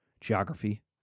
Geography